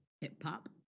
Hip-hop